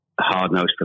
hard-nosed